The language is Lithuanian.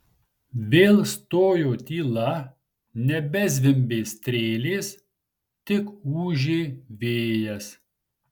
vėl stojo tyla nebezvimbė strėlės tik ūžė vėjas